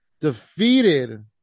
defeated